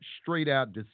straight-out